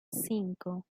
cinco